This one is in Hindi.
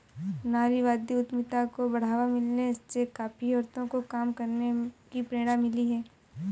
नारीवादी उद्यमिता को बढ़ावा मिलने से काफी औरतों को काम करने की प्रेरणा मिली है